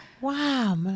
Wow